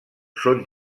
són